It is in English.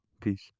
Peace